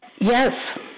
Yes